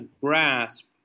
grasp